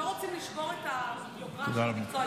לא רוצים לשבור את היוקרה של המקצוע,